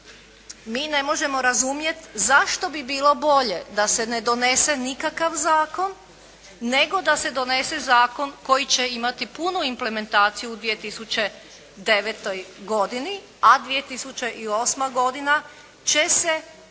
mi ne možemo razumjeti zašto bi bilo bolje da se ne donese nikakav zakon, nego da se donese zakon koji će imati punu implementaciju u 2009. godini, a 2008. godina će se